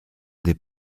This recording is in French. des